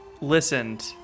listened